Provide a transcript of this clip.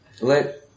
Let